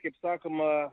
kaip sakoma